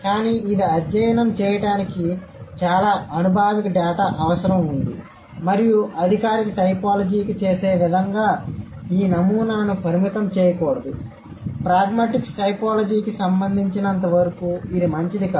కానీ ఇది అధ్యయనం చేయడానికి చాలా అనుభావిక డేటా అవసరం ఉంది మరియు అధికారిక టైపోలాజీకి చేసే విధంగా ఈ నమూనాను పరిమితం చేయకూడదు ప్రాగ్మాటిక్స్ టైపోలాజీకి సంబంధించినంతవరకు ఇది మంచిది కాదు